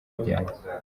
bijyanye